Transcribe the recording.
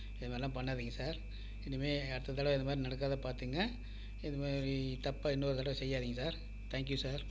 இது மாதிரிலாம் பண்ணாதிங்க சார் இனிமேல் அடுத்த தடவை இந்த மாதிரி நடக்காத பார்த்துங்க இது மாதிரி தப்பை இன்னொரு தடவை செய்யாதீங்க சார் தேங்க் யூ சார்